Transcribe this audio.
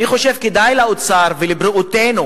אני חושב שכדאי לאוצר ולבריאותנו